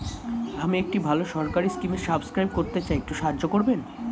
আমি একটি ভালো সরকারি স্কিমে সাব্সক্রাইব করতে চাই, একটু সাহায্য করবেন?